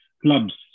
Clubs